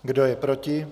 Kdo je proti?